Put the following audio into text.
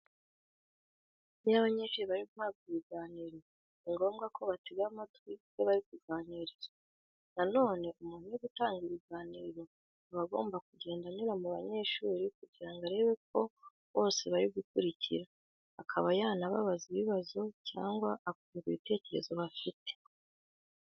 Iyo abanyeshuri bari guhabwa ibiganiro ni ngombwa ko batega amatwi ibyo bari kuganirizwa. Na none umuntu uri gutanga ibiganiro aba agomba kugenda anyura mu banyeshuri kugira ngo arebe ko bose bari gukurikira, akaba yanababaza ibibazo cyangwa akumva ibitekerezo bafite.